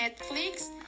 Netflix